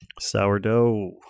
Sourdough